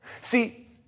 See